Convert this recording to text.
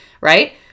Right